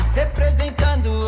representando